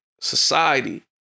society